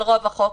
כן, של רוב החוק.